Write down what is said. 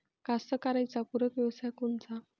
कास्तकाराइले पूरक व्यवसाय कोनचा?